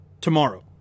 Tomorrow